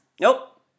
Nope